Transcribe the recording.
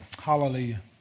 Hallelujah